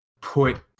put